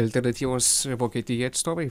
alternatyvos vokietijai atstovai